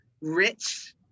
rich